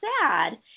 sad